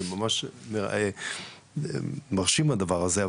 זה ממש מרשים הדבר הזה,